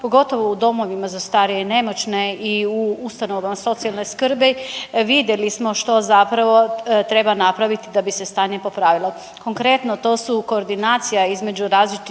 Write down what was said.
pogotovo u domovima za starije i nemoćne i u ustanovama socijalni skrbi vidjeli smo što zapravo treba napraviti da bi se stanje popravilo. Konkretno, to su koordinacija između različitih